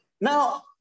Now